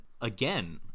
again